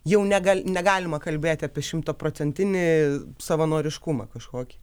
jau negal negalima kalbėti apie šimtaprocentinį savanoriškumą kažkokį